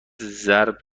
ضرب